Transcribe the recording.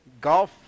golf